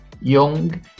young